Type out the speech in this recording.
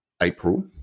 April